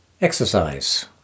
Exercise